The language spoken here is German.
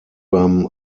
beim